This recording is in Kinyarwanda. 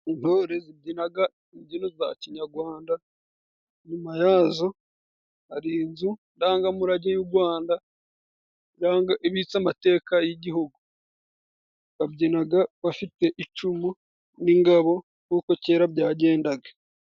Intore zibyinaga imbyino za Kinyarwanda ,nyuma yazo hari inzu ndangamurage y'u Rwanda, ibitse amateka y'igihugu babyinaga bafite icumu n'ingabo nkuko kera byagendaga.